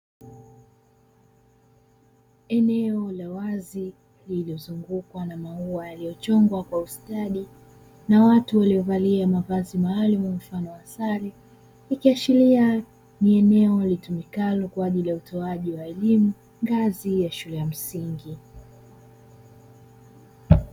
Eneo la wazi lililozungukwa na maua yaliyochongwa kwa ustadi na watu waliovalia mavazi maalumu mfano wa sare, ikiashiria ni eneo litumikalo kwa ajili ya utoaji wa elimu ngazi ya shule ya msingi.